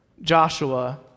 Joshua